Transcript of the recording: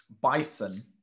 bison